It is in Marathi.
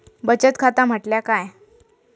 बचत खाता म्हटल्या काय?